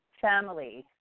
family